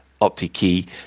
OptiKey